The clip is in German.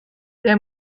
der